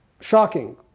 shocking